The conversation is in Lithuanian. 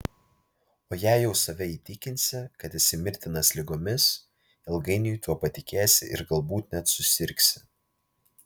o jei jau save įtikinsi kad esi mirtinas ligomis ilgainiui tuo patikėsi ir galbūt net susirgsi